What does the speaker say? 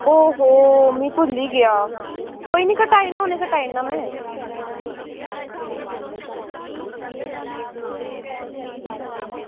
ओहो मिगी भुल्ली बी गेआ कोई ना कटाई ओड़ना में हून गै कटाई ओड़ना में